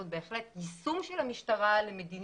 זה בהחלט יישום של המשטרה מדיניות